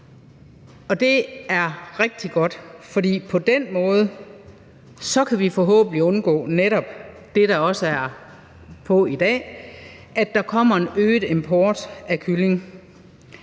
og det er rigtig godt, for på den måde kan vi forhåbentlig netop også undgå det, der nævnes i dag, om, at der kommer en øget import af kyllinger,